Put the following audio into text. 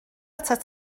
atat